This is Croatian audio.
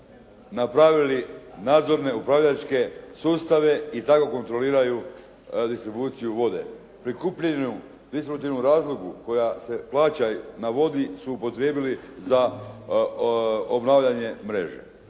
napravili nadzorne upravljačke sustave i tako kontroliraju distribuciju vode. Prikupljanju … koja se plaća na vodi su upotrijebili za obnavljanje mreže.